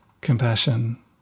compassion